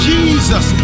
Jesus